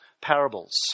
parables